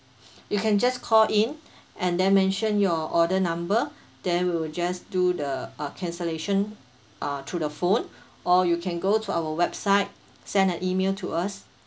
you can just call in and then mention your order number then we'll just do the uh cancellation uh through the phone or you can go to our website send an email to us